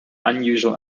unusual